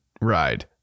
Ride